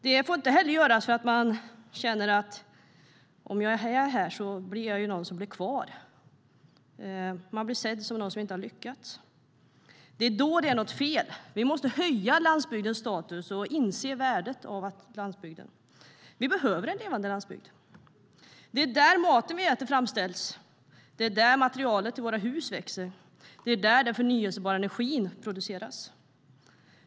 Det får inte heller vara så att man känner att om man stannar kvar blir man sedd som den som inte har lyckats. Då är det fel. Vi måste höja landsbygdens status och inse värdet av landsbygden. Vi behöver en levande landsbygd. Det är där maten vi äter framställs. Det är där materialet till våra hus växer. Det är där den förnybara energin produceras.